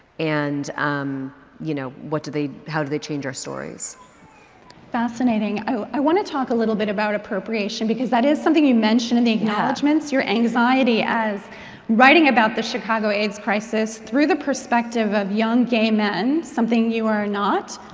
and um you know, what do they, how do they change our stories? emily eakin fascinating. i want to talk a little bit about appropriation because that is something you mentioned in the acknowledgements, your anxiety as writing about the chicago aids crisis through the perspective of young gay men, something you are not.